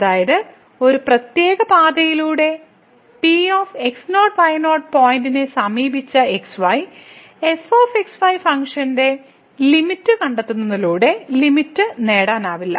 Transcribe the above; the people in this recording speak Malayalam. അതായത് ഒരു പ്രത്യേക പാതയിലൂടെ Px0 y0 പോയിന്റിനെ സമീപിച്ച് x y fxy ഫംഗ്ഷന്റെ ലിമിറ്റ് കണ്ടെത്തുന്നതിലൂടെ ലിമിറ്റ് നേടാനാവില്ല